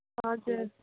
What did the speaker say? हजुर